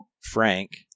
Frank